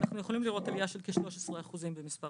אנחנו יכולים לראות עלייה של כ-13% במספרם,